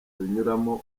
binyuramo